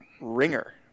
Ringer